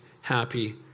happy